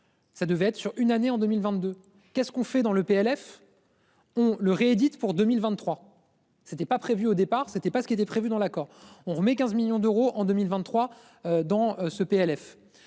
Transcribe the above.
Ça devait être sur une année en 2022. Qu'est-ce qu'on fait dans le PLF. On le réédite pour 2023. C'était pas prévu au départ c'était pas ce qui était prévu dans l'accord on met 15 millions d'euros en 2023. Dans ce PLF